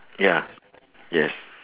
ya yes